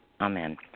Amen